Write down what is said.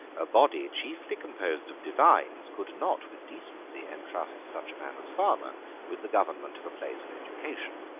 a body chiefly composed of divines could not with decency entrust such a man as farmer with the government of a place of education.